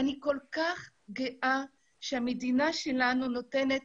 אני כל כך גאה שהמדינה שלנו נותנת